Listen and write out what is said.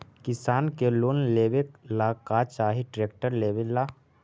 किसान के लोन लेबे ला का चाही ट्रैक्टर लेबे ला?